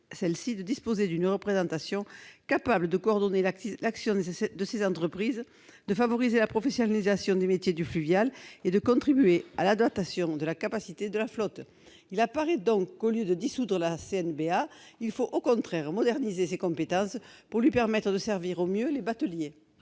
de disposer d'une représentation capable de coordonner l'action de ses entreprises, de favoriser la professionnalisation des métiers du fluvial et de contribuer à l'adaptation de la capacité de la flotte. Il apparaît donc que, au lieu de dissoudre la CNBA, il faut au contraire moderniser ses compétences pour lui permettre de servir au mieux les bateliers.